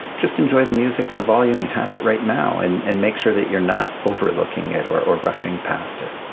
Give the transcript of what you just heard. just enjoy the music at the volume you have it right now and and make sure that you are not overlooking it or or rushing past it.